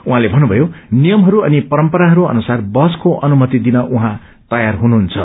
उझँले भन्नुभयो नियमहरू अनि परम्पराहरू अनुसार बहसको अनुपति दिन उह्रै तयार हुनुहुन्छ